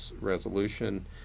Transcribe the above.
resolution